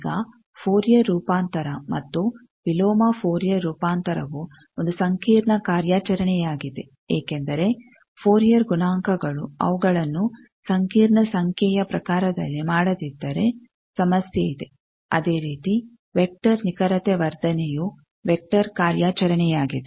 ಈಗ ಫೋರಿಯರ್ ರೂಪಾಂತರ ಮತ್ತು ವಿಲೋಮ ಫೋರಿಯರ್ ರೂಪಾಂತರವು ಒಂದು ಸಂಕೀರ್ಣ ಕಾರ್ಯಾಚರಣೆಯಾಗಿದೆ ಏಕೆಂದರೆ ಫೋರಿಯರ್ ಗುಣಾಂಕಗಳು ಅವುಗಳನ್ನು ಸಂಕೀರ್ಣ ಸಂಖ್ಯೆಯ ಪ್ರಕಾರದಲ್ಲಿ ಮಾಡದಿದ್ದರೆ ಸಮಸ್ಯೆ ಇದೆ ಅದೇ ರೀತಿ ವೆಕ್ಟರ್ ನಿಖರತೆ ವರ್ಧನೆಯು ವೆಕ್ಟರ್ ಕಾರ್ಯಾಚರಣೆಯಾಗಿದೆ